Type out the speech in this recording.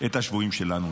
את השבויים שלנו.